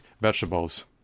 vegetables